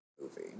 movie